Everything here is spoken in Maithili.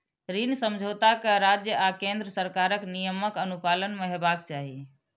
ऋण समझौता कें राज्य आ केंद्र सरकारक नियमक अनुपालन मे हेबाक चाही